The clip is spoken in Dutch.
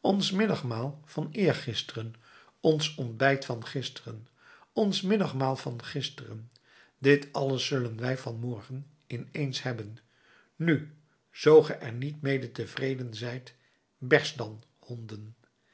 ons middagmaal van eergisteren ons ontbijt van gisteren ons middagmaal van gisteren dit alles zullen wij van morgen in ééns hebben nu zoo ge er niet mede tevreden zijt berst dan honden